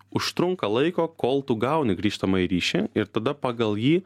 užtrunka laiko kol tu gauni grįžtamąjį ryšį ir tada pagal jį